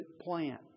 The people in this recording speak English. plan